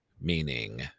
meaning